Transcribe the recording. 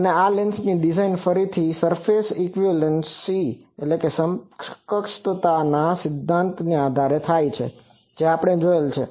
તો આ lens design ફરીથી સર્ફેસ ઇક્વીવેલેન્સ Equivalenceસમકક્ષ સિદ્ધાંતની છે જે આપણે જોયેલ છે